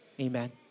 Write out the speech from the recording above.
Amen